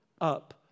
up